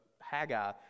Haggai